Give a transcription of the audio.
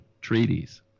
Treaties